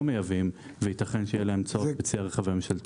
מייבאים וייתכן שיהיה להם צורך בצי הרכב הממשלתי.